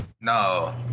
No